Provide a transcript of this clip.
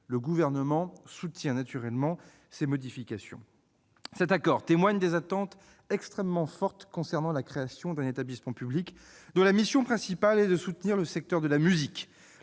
Le Gouvernement soutient ces modifications. Cet accord témoigne des attentes extrêmement fortes concernant la création d'un établissement public dont la mission principale est de soutenir le secteur de la musique.